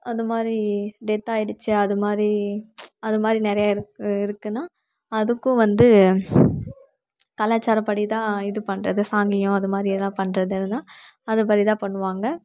அது மாதிரி டெத்தாயிடுச்சி அது மாதிரி அது மாதிரி நிறைய இரு இருக்குதுனா அதுக்கும் வந்து கலாச்சாரப்படிதான் இது பண்ணுறது சாங்கியம் அது மாதிரி ஏதுனா பண்றதில்தான் அது மாதிரிதான் பண்ணுவாங்க